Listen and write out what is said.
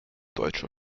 deutscher